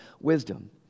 wisdom